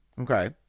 okay